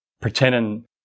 pretending